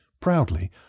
Proudly